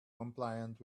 compliant